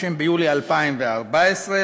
30 ביולי 2014,